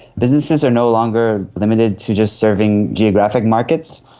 businesses are no longer limited to just serving geographic markets.